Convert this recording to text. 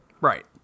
Right